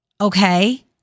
Okay